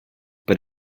but